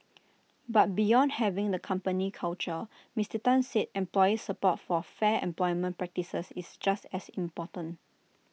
but beyond having the company culture Mister Tan said employee support for fair employment practices is just as important